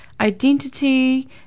identity